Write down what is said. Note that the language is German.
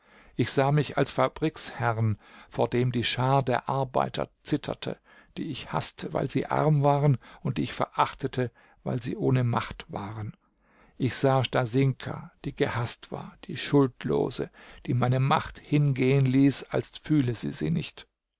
ich sah mich als fabriksherrn vor dem die schar der arbeiter zitterte die ich haßte weil sie arm waren und die ich verachtete weil sie ohne macht waren ich sah stasinka die gehaßt war die schuldlose die meine macht hingehen ließ als fühle sie sie nicht